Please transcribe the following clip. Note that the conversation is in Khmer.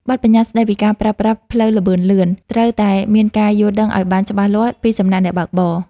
បទប្បញ្ញត្តិស្ដីពីការប្រើប្រាស់ផ្លូវល្បឿនលឿនត្រូវតែមានការយល់ដឹងឱ្យបានច្បាស់លាស់ពីសំណាក់អ្នកបើកបរ។